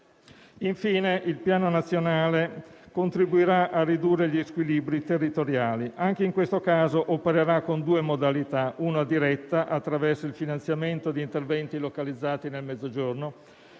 G20. Il Piano nazionale contribuirà a ridurre gli squilibri territoriali. Anche in questo caso opererà con due modalità: una diretta, attraverso il finanziamento di interventi localizzati nel Mezzogiorno,